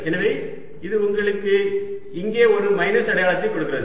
எனவே இது உங்களுக்கு இங்கே ஒரு மைனஸ் அடையாளத்தைக் கொடுக்கிறது